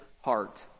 heart